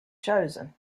chosen